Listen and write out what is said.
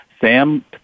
Sam